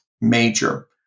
major